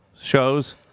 shows